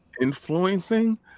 influencing